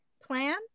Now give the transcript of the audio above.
plan